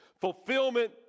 fulfillment